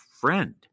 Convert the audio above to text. friend